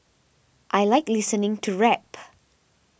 I like listening to rap